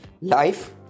Life